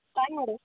TRAI ಮಾಡು